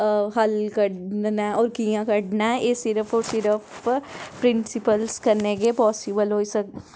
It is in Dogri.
हल्ल कड्ढना ऐ होर कि'यां कड्ढना ऐ एह् सिर्फ होर सिर्फ प्रिंसिपलस कन्नै गै पासिबल होई सकदा ऐ